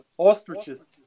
Ostriches